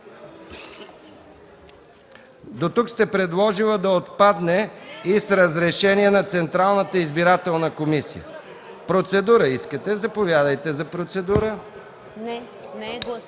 Тук сте предложила да отпадне „и с разрешение на Централната избирателна комисия“. Процедура искате – заповядайте за процедура. (Отляво: